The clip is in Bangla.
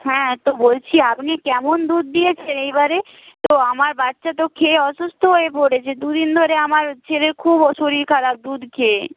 হ্যাঁ তো বলছি আপনি কেমন দুধ দিয়েছেন এইবারে তো আমার বাচ্চা তো খেয়ে অসুস্থ হয়ে পড়েছে দুদিন ধরে আমার ছেলের খুব শরীর খারাপ দুধ খেয়ে